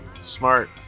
Smart